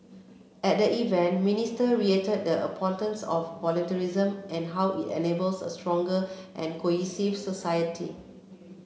at the event Minister reiterated the importance of volunteerism and how it enables a stronger and cohesive society